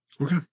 Okay